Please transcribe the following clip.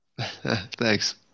thanks